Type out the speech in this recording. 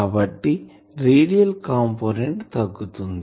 కాబట్టి radial component తగ్గుతుంది